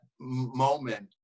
moment